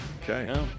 Okay